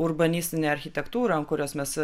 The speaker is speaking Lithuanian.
urbanistinę architektūrą ant kurios mes